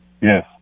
Yes